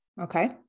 okay